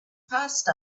passed